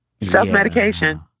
self-medication